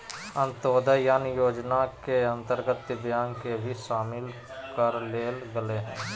अंत्योदय अन्न योजना के अंतर्गत दिव्यांग के भी शामिल कर लेल गेलय हइ